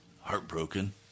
heartbroken